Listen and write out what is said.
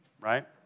right